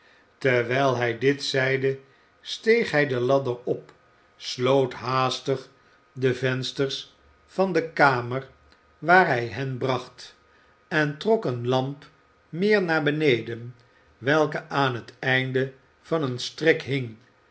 terwijl hij dit zeide steeg hij de ladder op sloot haastig de vensters van de kamer waar hij hen bracht en trok eene lamp meer naar beneden welke aan het einde van een